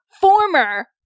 former